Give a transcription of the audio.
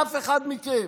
אף אחד מכם.